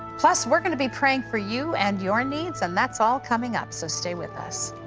plus, we're going to be praying for you and your needs, and that's all coming up, so stay with us.